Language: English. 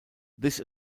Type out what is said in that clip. this